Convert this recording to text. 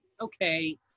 okay